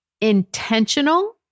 intentional